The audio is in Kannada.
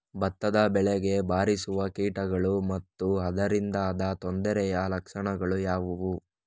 ಭತ್ತದ ಬೆಳೆಗೆ ಬಾರಿಸುವ ಕೀಟಗಳು ಮತ್ತು ಅದರಿಂದಾದ ತೊಂದರೆಯ ಲಕ್ಷಣಗಳು ಯಾವುವು?